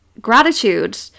Gratitude